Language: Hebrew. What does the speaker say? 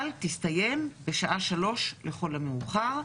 אבל תסתיים בשעה 15:00, לכל המאוחר.